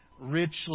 richly